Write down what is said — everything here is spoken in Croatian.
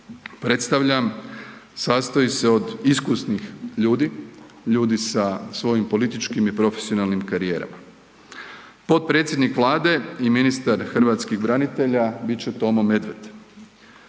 predstavljam, sastoji se od iskusnih ljudi, ljudi sa svojim političkim i profesionalnim karijerama. Potpredsjednik Vlade i ministar hrvatskih branitelja bit će Tomo Medved.